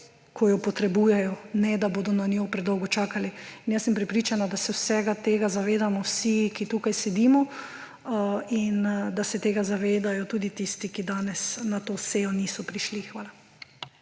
ko jo potrebujejo, ne, da bodo na njo predolgo čakali. Prepričana sem, da se vsega tega zavedamo vsi, ki tukaj sedimo, in da se tega zavedajo tudi tisti, ki danes na to sejo niso prišli. Hvala.